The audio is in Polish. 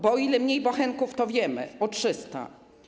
Bo o ile mniej bochenków, to wiemy - o 300.